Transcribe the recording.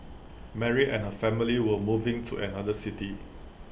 Mary and her family were moving to another city